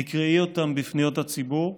ותקראי אותם בפניות הציבור,